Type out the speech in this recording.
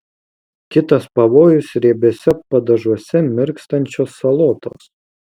kitas pavojus riebiuose padažuose mirkstančios salotos